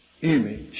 image